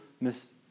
miss